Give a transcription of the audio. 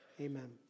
amen